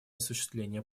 осуществления